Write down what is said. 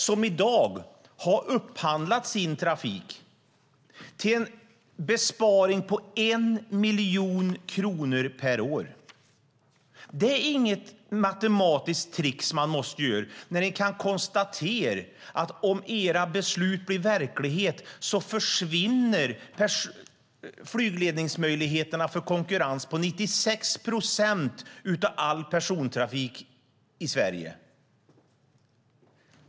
De har i dag upphandlat sin trafik, till en besparing på 1 miljon kronor per år. Det är inget matematiskt trick man måste göra när man kan konstatera att möjligheterna till flygledningskonkurrens försvinner på 96 procent av alla flygplatser med persontrafik i Sverige om era beslut blir verklighet.